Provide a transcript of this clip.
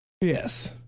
Yes